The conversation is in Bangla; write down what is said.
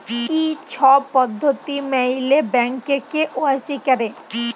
ই ছব পদ্ধতি ম্যাইলে ব্যাংকে কে.ওয়াই.সি ক্যরে